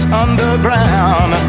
underground